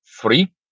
three